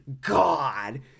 God